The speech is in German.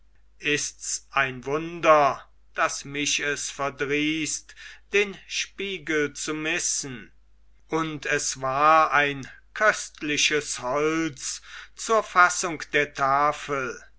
ists ein wunder daß mich es verdrießt den spiegel zu missen und es war ein köstliches holz zur fassung der tafel